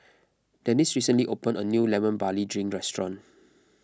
Denis recently opened a new Lemon Barley Drink restaurant